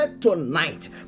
tonight